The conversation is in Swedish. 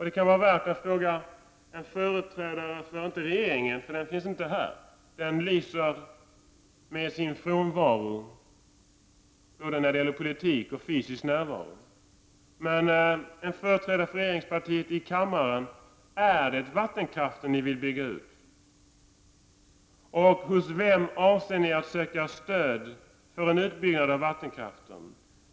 Det kan vara värt att fråga inte en företrädare för regeringen, eftersom det inte finns någon sådan här — regeringen lyser med sin frånvaro i vad gäller både politik och fysisk närvaro — utan en företrädare för regeringspartiet här i kammaren: Är det vattenkraften ni vill bygga ut? Hos vem avser ni att söka stöd för en utbyggnad av vattenkraften?